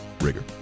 rigor